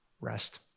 rest